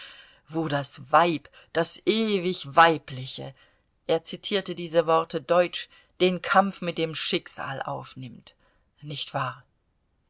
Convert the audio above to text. wo das weib das ewig weibliche er zitierte diese worte deutsch den kampf mit dem schicksal aufnimmt nicht wahr